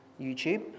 YouTube